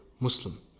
Muslim